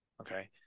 Okay